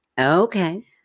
Okay